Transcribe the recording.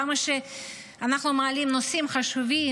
כמה שאנחנו מעלים נושאים חשובים,